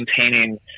maintaining